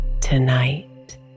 tonight